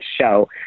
show